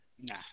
nah